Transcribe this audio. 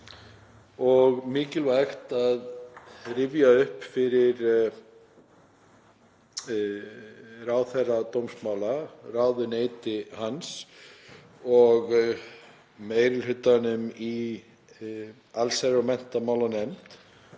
og mikilvægt að rifja upp fyrir ráðherra dómsmála, ráðuneyti hans og meiri hlutanum í allsherjar- og menntamálanefnd